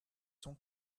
sont